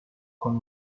con